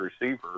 receiver